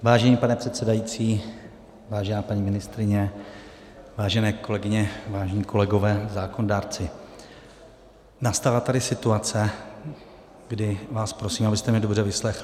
Vážený pane předsedající, vážená paní ministryně, vážené kolegyně, vážení kolegové, zákonodárci, nastává tady situace, kdy vás prosím, abyste mě dobře vyslechli.